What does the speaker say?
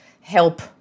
help